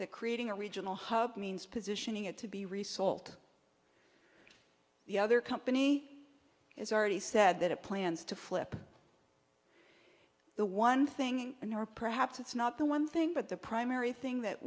that creating a regional hub means positioning it to be resold the other company has already said that it plans to flip the one thing in or perhaps it's not the one thing but the primary thing that